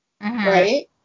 right